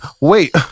Wait